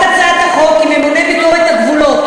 הצעת החוק קובעת כי ממונה ביקורת הגבולות